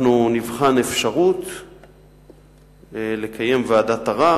אנחנו נבחן אפשרות לקיים ועדת ערר,